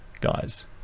guys